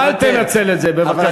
אל תנצל את זה, בבקשה.